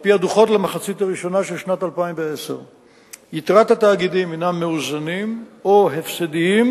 על-פי הדוחות למחצית הראשונה של שנת 2010. יתרת התאגידים הם מאוזנים או הפסדיים,